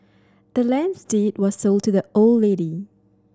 the land's deed was sold to the old lady